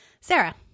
sarah